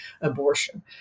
abortion